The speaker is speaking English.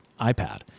iPad